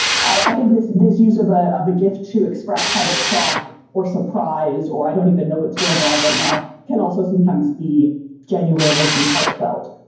i think this this use of ah of a gif to express kind of shock or surprise or i don't even know what's going on right now can also sometimes be genuine or be heartfelt.